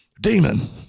demon